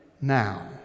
now